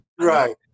Right